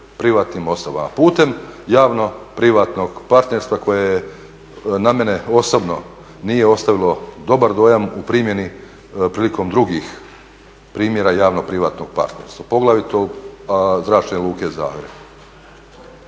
privatnim osobama putem javno-privatnog partnerstva koje na mene osobno nije ostavilo dobar dojam u primjeni prilikom drugim primjera javno-privatnog partnerstva poglavito Zračne luke Zagreb.